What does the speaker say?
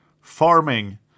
farming